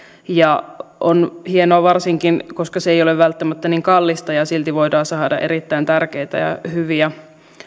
ja se on hienoa varsinkin koska se ei ole välttämättä niin kallista ja silti voidaan saada erittäin tärkeitä ja hyviä